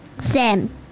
Sam